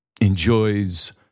enjoys